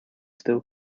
still